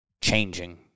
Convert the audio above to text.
changing